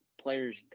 players